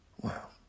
Wow